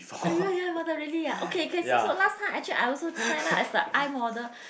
!aiyo! ya you got the really ah okay so so last time actually I also signed up as the iModel